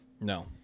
No